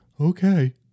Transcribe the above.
Okay